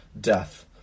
death